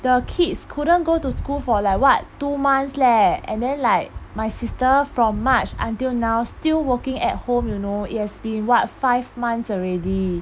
the kids couldn't go to school for like what two months leh and then like my sister from march until now still working at home you know it has been what five months already